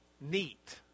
neat